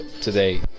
today